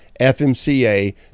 fmca